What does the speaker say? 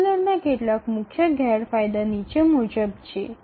શેડ્યૂલરના કેટલાક મુખ્ય ગેરફાયદા નીચે મુજબ છે